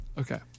Okay